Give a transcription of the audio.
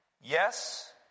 Yes